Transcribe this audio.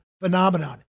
phenomenon